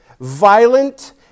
violent